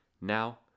Now